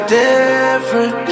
different